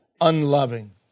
unloving